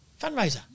fundraiser